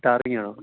ടാറിങ്ങാണോ